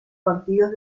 partidos